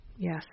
Yes